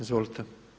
Izvolite.